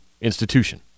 institution